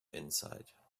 inside